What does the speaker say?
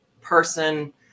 person